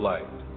Light